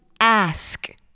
Ask